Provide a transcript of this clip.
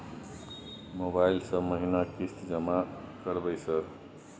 Mobile से महीना किस्त जमा करबै सर?